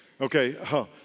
Okay